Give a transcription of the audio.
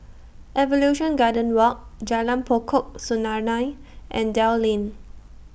Evolution Garden Walk Jalan Pokok Serunai and Dell Lane